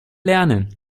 lernen